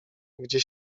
gdzie